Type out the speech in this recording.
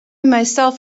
myself